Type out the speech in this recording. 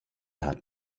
hat